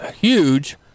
huge